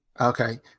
Okay